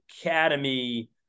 Academy